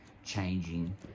Changing